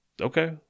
okay